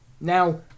Now